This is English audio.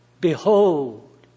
Behold